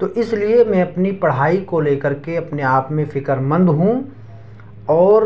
تو اس لیے میں اپنی پڑھائی کو لے کر کے اپنے آپ میں فکر مند ہوں اور